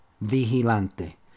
Vigilante